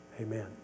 Amen